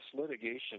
litigation